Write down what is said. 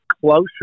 closer